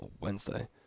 Wednesday